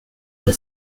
the